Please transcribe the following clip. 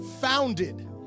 founded